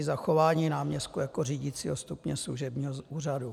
Zachování náměstků jako řídicího stupně služebního úřadu.